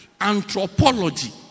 Anthropology